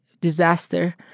disaster